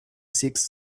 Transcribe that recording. seeks